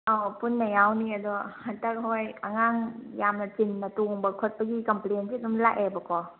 ꯑꯥꯎ ꯄꯨꯟꯅ ꯌꯥꯎꯅꯤ ꯑꯗꯣ ꯍꯟꯇꯛ ꯍꯣꯏ ꯑꯉꯥꯡ ꯌꯥꯝꯅ ꯆꯤꯟꯅ ꯇꯣꯡꯕ ꯈꯣꯠꯄꯒꯤ ꯀꯝꯄ꯭ꯂꯦꯟꯁꯦ ꯑꯗꯨꯝ ꯂꯥꯛꯑꯦꯕꯀꯣ